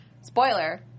Spoiler